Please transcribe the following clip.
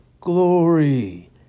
glory